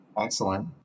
Excellent